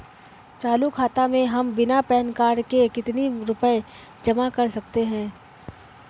चालू खाता में हम बिना पैन कार्ड के कितनी रूपए जमा कर सकते हैं?